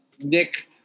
Nick